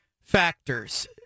factors